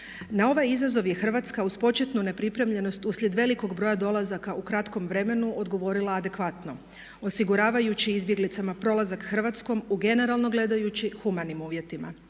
Na ovaj izazov je Hrvatska uz početnu nepripremljenost uslijed velikog broja dolazaka u kratkom vremenu odgovorila adekvatno osiguravajući izbjeglicama prolazak Hrvatskom u generalno gledajući humanim uvjetima.